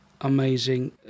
amazing